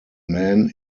men